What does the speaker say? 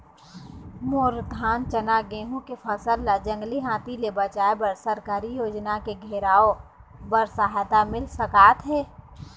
मोर धान चना गेहूं के फसल ला जंगली हाथी ले बचाए बर सरकारी योजना ले घेराओ बर सहायता मिल सका थे?